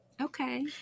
Okay